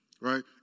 right